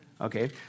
Okay